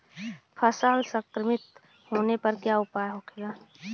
फसल संक्रमित होने पर क्या उपाय होखेला?